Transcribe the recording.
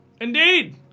Indeed